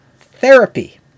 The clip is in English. therapy